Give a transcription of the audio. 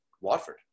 Watford